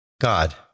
God